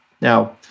Now